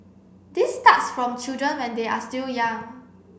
this starts from children when they are still young